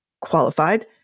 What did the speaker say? qualified